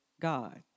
God